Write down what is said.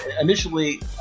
initially